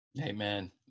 Amen